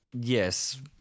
yes